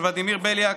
ולדימיר בליאק,